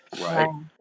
right